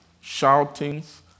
Shoutings